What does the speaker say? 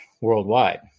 Worldwide